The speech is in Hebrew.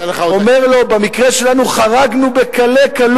הוא אומר לו: "במקרה שלנו חרגנו בקלי-קלות